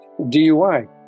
DUI